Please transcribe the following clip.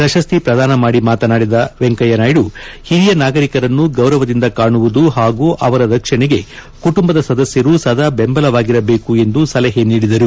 ಪ್ರಶಸ್ತಿ ಪ್ರಧಾನ ಮಾಡಿ ಮಾತನಾಡಿದ ಅವರು ಓರಿಯ ನಾಗರಿಕರನ್ನು ಗೌರವದಿಂದ ಕಾಣುವುದು ಪಾಗೂ ಅವರ ರಕ್ಷಣೆಗೆ ಕುಟುಂಬದ ಸದಸ್ನರು ಸಾದ ಬೆಂಬಲವಾಗಿರಬೇಕು ಎಂದು ಸಲಹೆ ನೀಡಿದರು